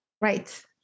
Right